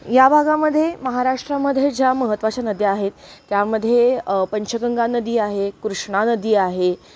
या भागामध्ये महाराष्ट्रामध्ये ज्या महत्त्वाच्या नद्या आहेत त्यामध्ये पंचगंगा नदी आहे कृष्णा नदी आहे